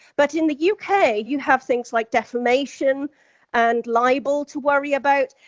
but in the u. k, you have things like defamation and libel to worry about,